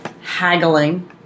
haggling